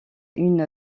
une